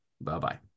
Bye-bye